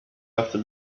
after